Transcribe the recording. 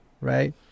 right